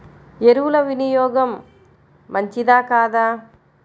ఎరువుల వినియోగం మంచిదా కాదా?